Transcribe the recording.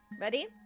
Ready